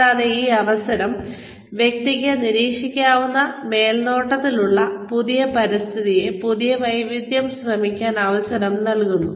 കൂടാതെ ഈ അവസരം വ്യക്തിക്ക് നിരീക്ഷിക്കപ്പെടുന്ന മേൽനോട്ടത്തിലുള്ള പുതിയ പരിതസ്ഥിതിയിൽ പുതിയ വൈദഗ്ദ്ധ്യം ശ്രമിക്കാൻ അവസരം നൽകുന്നു